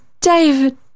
David